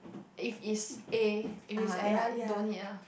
if is A if it's Aaron don't need ah